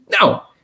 No